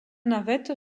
navette